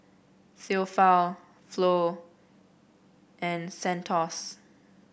Theophile Flo and Santos